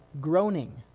groaning